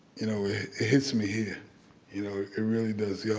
you know hits me here, you know it really does. yeah